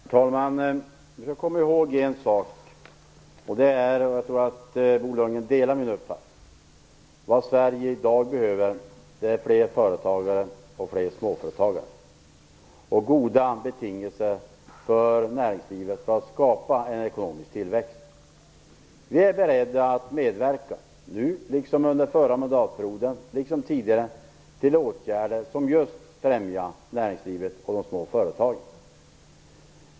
Herr talman! Man skall komma ihåg en sak. Det är, och jag tror att Bo Lundgren delar min uppfattning, att vad Sverige i dag behöver är fler företagare, fler småföretagare och goda betingelser för näringslivet, för att skapa en ekonomisk tillväxt. Vi är beredda att medverka, nu liksom under förra mandatperioden liksom tidigare, till åtgärder som just främjar näringslivet och de små företagen.